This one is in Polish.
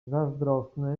zazdrosny